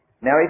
Now